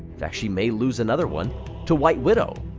fact, she may lose another one to white widow.